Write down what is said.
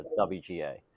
WGA